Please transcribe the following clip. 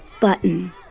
button